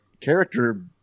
character